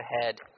ahead